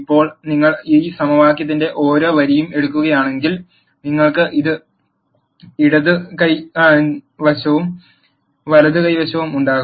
ഇപ്പോൾ നിങ്ങൾ ഈ സമവാക്യത്തിന്റെ ഓരോ വരിയും എടുക്കുകയാണെങ്കിൽ നിങ്ങൾക്ക് ഇടത് കൈ വശവും വലതു കൈ വശവും ഉണ്ടാകും